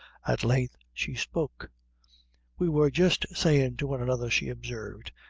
at length she spoke we wor jist sayin' to one another, she observed,